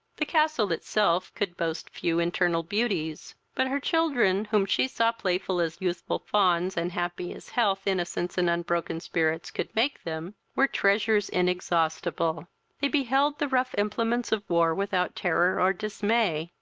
the castle itself could boast few internal beauties, but her children, whom she saw playful as youthful fawns, and happy as health, innocence, and unbroken spirits, could make them, were treasures inexhaustible they beheld the rough implements of war without terror or dismay,